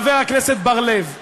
חבר הכנסת בר-לב ואחרים: